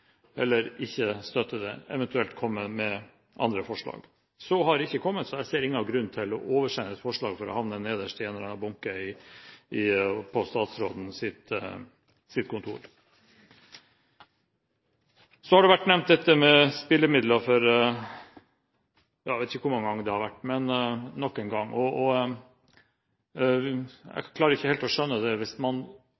eller ikke å støtte det, og eventuelt komme med andre forslag. Så har ikke kommet, så jeg ser ingen grunn til å oversende et forslag for at det skal havne nederst i en eller annen bunke på statsrådens kontor. Spillemidler har vært nevnt. Jeg vet ikke hvor mange ganger, men det har nok en gang vært nevnt. Jeg